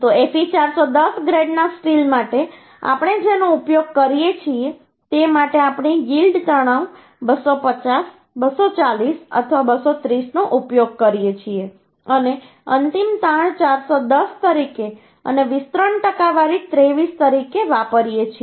તો Fe 410 ગ્રેડના steel માટે આપણે જેનો ઉપયોગ કરીએ છીએ તે માટે આપણે યીલ્ડ તણાવ 250 240 અથવા 230નો ઉપયોગ કરીએ છીએ અને અંતિમ તાણ 410 તરીકે અને વિસ્તરણ ટકાવારી 23 તરીકે વાપરીએ છીએ